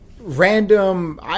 random